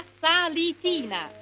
salitina